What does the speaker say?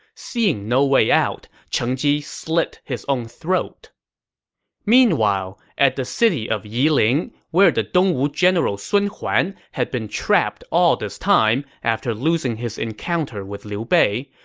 seeing no way out, cheng ji slit his own throat meanwhile, at the city of yiling, where the dongwu general sun huan had been trapped all this time after losing his encounter with liu bei,